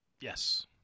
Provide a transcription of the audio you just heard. yes